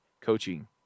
coaching